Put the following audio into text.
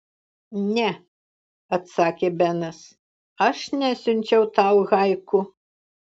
ne atsakė benas aš nesiunčiau tau haiku